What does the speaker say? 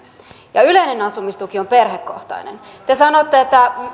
ja yleinen asumistuki on perhekohtainen te sanoitte että